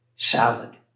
salad